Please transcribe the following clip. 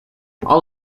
all